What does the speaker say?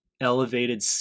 elevated